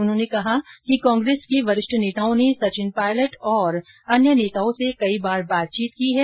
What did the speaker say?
उन्होंने कहा कि कांग्रेस के वरिष्ठ नेताओं ने सचिन पायलट और अन्य नेताओं से कई बार बातचीत की है